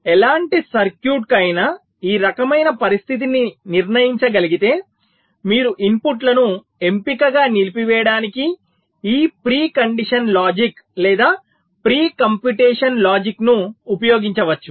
ఎలాంటి సర్క్యూట్ కి అయినా ఈ రకమైన పరిస్థితిని నిర్ణయించగలిగితే మీరు ఇన్పుట్లను ఎంపికగా నిలిపివేయడానికి ఈ ప్రీ కండిషన్ లాజిక్ లేదా ప్రీ కంప్యూటేషన్ లాజిక్ని ఉపయోగించవచ్చు